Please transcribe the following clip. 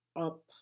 up